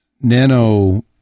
nano